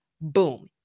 Boom